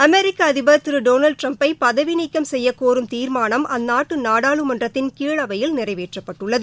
அமெரிக்க அதிபர் திரு டொனாவ்ட் டிரம்பை பதவி நீக்கம் செய்ய கோரும் தீர்மானம் அந்நாட்டு நாடாளுமன்றத்தின் கீழவையில் நிறைவேற்றப்பட்டுள்ளது